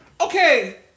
okay